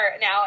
now